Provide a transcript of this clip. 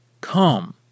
come